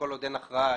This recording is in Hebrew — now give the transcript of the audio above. כל עוד אין הכרעה,